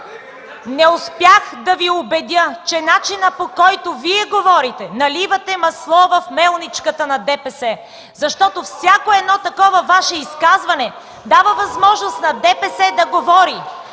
не успях да Ви убедя, че по начина, по който Вие говорите, наливате масло в мелничката на ДПС, защото всяко такова Ваше изказване дава възможност на ДПС да говори,